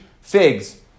Figs